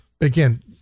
again